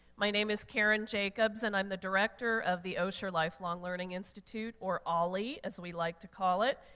my name is carin jacobs, and i'm the director of the osher lifelong learning institute or olli, as we like to call it,